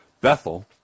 Bethel